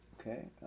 Okay